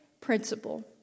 principle